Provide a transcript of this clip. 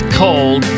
cold